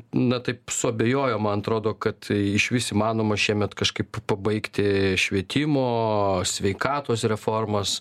na taip suabejojo man atrodo kad išvis įmanoma šiemet kažkaip pabaigti švietimo sveikatos reformas